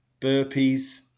burpees